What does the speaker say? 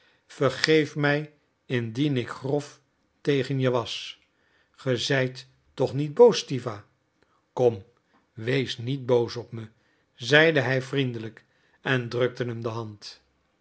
vergeef mij indien ik grof tegen je was ge zijt toch niet boos stiwa kom wees niet boos op me zeide hij vriendelijk en drukte hem de hand